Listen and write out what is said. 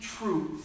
truth